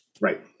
Right